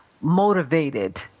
motivated